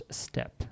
step